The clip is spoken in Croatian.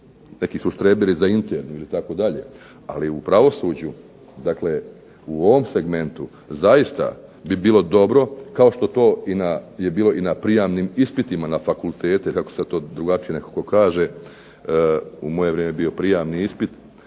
neki su štreberi za internu ili tako dalje, ali u pravosuđu, dakle u ovom segmentu zaista bi bilo dobro, kao što to je bilo i na prijamnim ispitima na fakultetu, kako se to drugačije nekako kaže, u moje je vrijeme bio prijamni ispit,